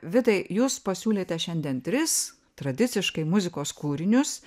vidai jūs pasiūlėte šiandien tris tradiciškai muzikos kūrinius